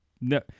No